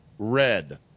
red